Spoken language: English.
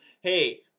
hey